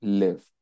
live